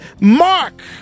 Mark